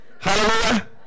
Hallelujah